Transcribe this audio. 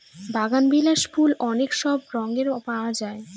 বাগানবিলাস ফুল অনেক সব রঙে পাওয়া যায়